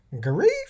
Grief